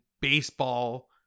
baseball